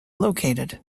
located